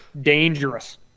dangerous